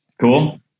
Cool